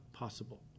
possible